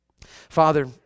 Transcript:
Father